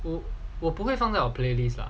我不会放在 of playlist lah